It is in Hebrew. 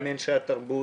גם את אנשי התרבות,